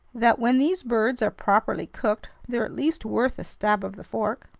that when these birds are properly cooked, they're at least worth a stab of the fork.